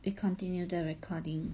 we continue the recording